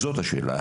זו השאלה.